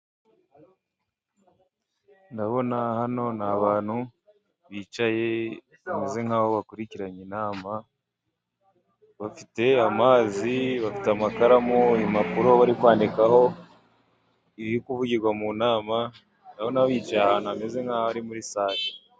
Ndabona hano ni abantu bicaye bameze nk'aho bakurikiranye inama, bafite amazi, bafite amakaramu, impapuro bari kwandikaho ibiri kuvugirwa mu nama, ndabona bicaye ahantu hameze nk'aho ari muri sare.